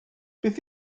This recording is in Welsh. beth